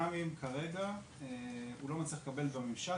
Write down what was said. גם אם כרגע הוא לא מצליח לקבל אותו דרך הממשק,